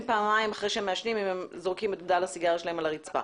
פעמיים אחרי שהם מעשנים אם הם זורקים את בדל הסיגריה שלהם על הרצפה.